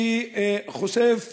שחושף